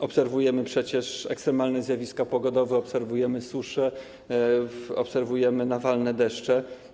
Obserwujemy przecież ekstremalne zjawiska pogodowe, obserwujemy susze, obserwujemy nawalne deszcze.